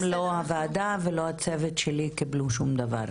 גם לא הוועדה ולא הצוות שלי קיבלו שום דבר,